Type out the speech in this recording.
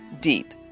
deep